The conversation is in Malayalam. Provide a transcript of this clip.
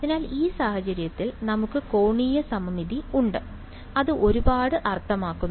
അതിനാൽ ഈ സാഹചര്യത്തിൽ നമുക്ക് കോണീയ സമമിതി ഉണ്ട് അത് ഒരുപാട് അർത്ഥമാക്കുന്നു